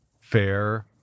fair